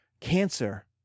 cancer